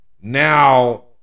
Now